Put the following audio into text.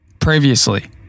Previously